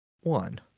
one